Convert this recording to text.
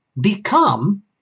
become